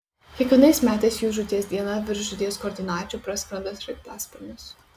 kiekvienais metais jų žūties dieną virš žūties koordinačių praskrenda sraigtasparnis